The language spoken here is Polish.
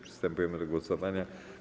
Przystępujemy do głosowania.